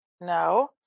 No